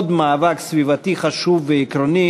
עוד מאבק סביבתי חשוב ועקרוני,